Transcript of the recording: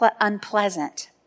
unpleasant